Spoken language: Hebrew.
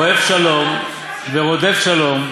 "אוהב שלום ורודף שלום,